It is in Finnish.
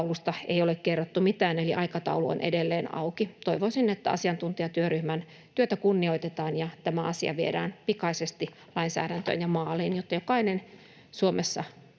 ei ole kerrottu mitään, eli aikataulu on edelleen auki. Toivoisin, että asiantuntijatyöryhmän työtä kunnioitetaan ja tämä asia viedään pikaisesti lainsäädäntöön ja maaliin, jotta jokainen Suomessa